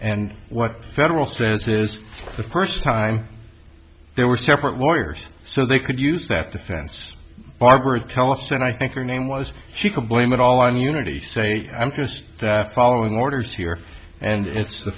and what the federal says is the first time there were separate lawyers so they could use that defense barbara tell us and i think her name was she could blame it all on unity say i'm just following orders here and it's the